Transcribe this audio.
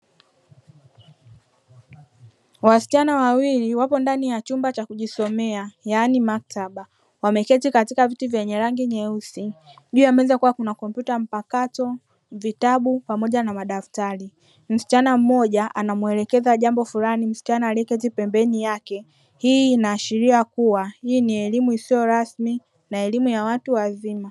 Wasichana wawili wapo ndani ya chumba cha kujisomea yaani maktaba, wameketi katika viti vyenye rangi nyeusi, juu ya meza kukiwa kuna kompyuta mpakato, vitabu pamoja na madaftari. Msichana mmoja anamuelekeza jambo fulani msichana aliyeketi pembeni yake, hii inaashiria kua hii ni elimu isiyo rasmi na elimu ya watu wazima.